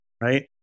right